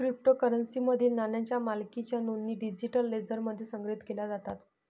क्रिप्टोकरन्सीमधील नाण्यांच्या मालकीच्या नोंदी डिजिटल लेजरमध्ये संग्रहित केल्या जातात